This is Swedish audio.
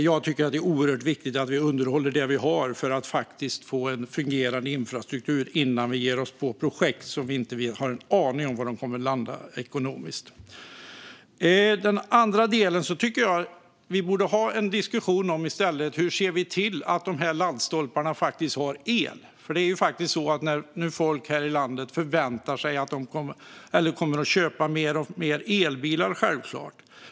Jag tycker att det är oerhört viktigt att vi underhåller det vi har för att få en fungerande infrastruktur innan vi ger oss på projekt där vi inte har en aning om var de kommer att landa ekonomiskt. Vad gäller den andra delen tycker jag att vi i stället borde ha en diskussion om hur vi ser till att laddstolparna faktiskt har el. Folk här i landet kommer självklart att köpa mer och mer elbilar.